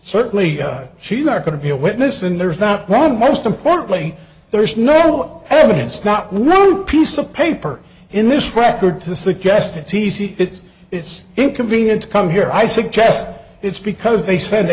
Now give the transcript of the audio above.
certainly she's not going to be a witness and there's not one most importantly there is no evidence not no piece of paper in this record to suggest it's easy it's it's inconvenient to come here i suggest it's because they send the